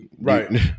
Right